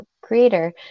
creator